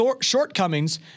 shortcomings